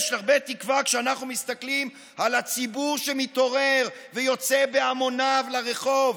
יש הרבה תקווה כשאנחנו מסתכלים על הציבור שמתעורר ויוצא בהמוניו לרחוב.